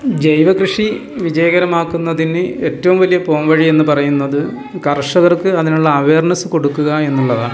ജൈവ കൃഷി വിജയകരമാക്കുന്നതിന് ഏറ്റവും വലിയ പോം വഴി എന്നു പറയുന്നത് കർഷകർക്ക് അതിനുള്ള അവേർനസ്സ് കൊടുക്കുക എന്നുള്ളതാണ്